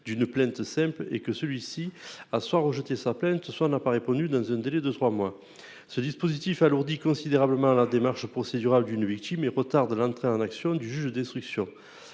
d'une plainte simple et que celui-ci soit a rejeté sa plainte, soit n'a pas répondu dans un délai de trois mois. Un tel dispositif alourdit considérablement la démarche procédurale d'une victime et retarde l'entrée en action du juge d'instruction.